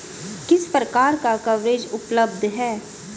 किस प्रकार का कवरेज उपलब्ध है?